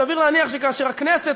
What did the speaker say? סביר להניח שכאשר הכנסת